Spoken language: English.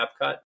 CapCut